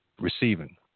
receiving